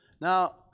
Now